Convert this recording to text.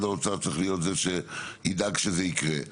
וביום הבחירות זה יהיה לפחות שעה אחת מראש.